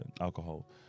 alcohol